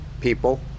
people